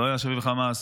לא היה בשבי חמאס,